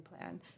plan